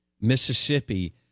Mississippi